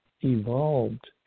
evolved